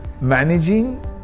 managing